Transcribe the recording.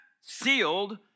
sealed